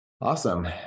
Awesome